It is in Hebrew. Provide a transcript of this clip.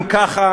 אם ככה,